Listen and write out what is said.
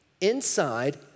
inside